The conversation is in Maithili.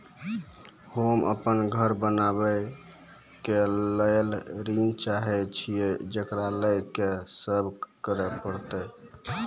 होम अपन घर बनाबै के लेल ऋण चाहे छिये, जेकरा लेल कि सब करें परतै?